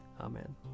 Amen